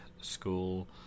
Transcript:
school